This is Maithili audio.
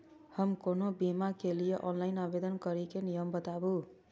हम कोनो बीमा के लिए ऑनलाइन आवेदन करीके नियम बाताबू?